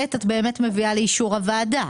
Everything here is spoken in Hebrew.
פלט את באמת מביאה לאישור הוועדה.